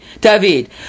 David